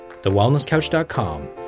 TheWellnessCouch.com